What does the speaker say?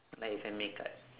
like he send me card